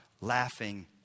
laughing